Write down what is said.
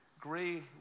agree